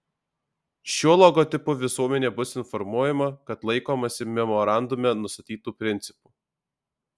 šiuo logotipu visuomenė bus informuojama kad laikomasi memorandume nustatytų principų